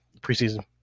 preseason